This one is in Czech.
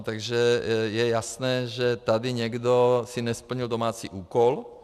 Takže je jasné, že si tady někdo nesplnil domácí úkol.